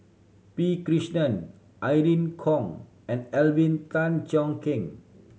P Krishnan Irene Khong and Alvin Tan Cheong Kheng